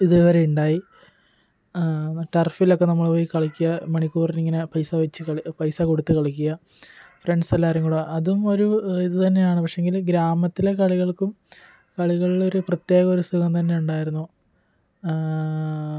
ഇത് വരെ ഇണ്ടായി ടർഫിലൊക്കെ നമ്മള് പോയി കളിക്കുക മണിക്കൂറിനിങ്ങനെ പൈസ വച്ച് പൈസ കൊടുത്ത് കളിക്കുക ഫ്രണ്ട്സെല്ലാവരും കൂടെ അതും ഒര് ഇത് തന്നെയാണ് പക്ഷേങ്കില് ഗ്രാമത്തിലെ കളികൾക്കും കളികളില് ഒരു പ്രത്യേക ഒരു സുഖം തന്നെ ഉണ്ടായിരുന്നു